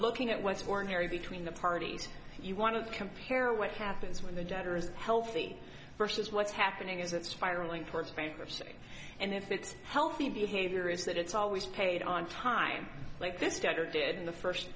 looking at what's ordinary between the parties you want to compare what happens when the debtor is healthy versus what's happening is it spiraling towards bankruptcy and if it's healthy behavior is that it's always paid on time like this doctor did in the first